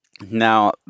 Now